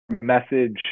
message